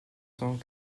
cent